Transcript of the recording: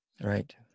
Right